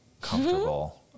comfortable